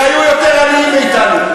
שהיו יותר עניים מאתנו,